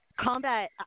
Combat